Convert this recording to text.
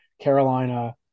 Carolina